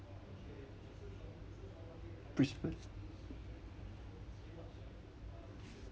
brisbane